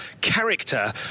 character